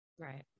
Right